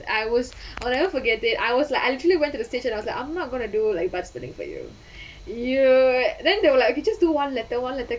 I was I will never forget it I was like I literally went to the stage and I was like I'm not gonna do like butt spelling for you !eww! then they were like you just do one letter one letter